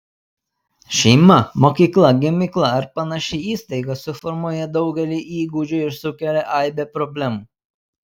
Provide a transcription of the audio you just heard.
šeima mokykla gamykla ar panaši įstaiga suformuoja daugelį įgūdžių ir sukelia aibę problemų